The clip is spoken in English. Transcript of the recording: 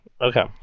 Okay